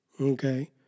okay